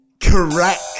Correct